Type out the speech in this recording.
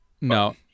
No